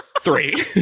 Three